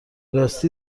راستی